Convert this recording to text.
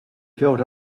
felt